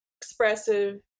expressive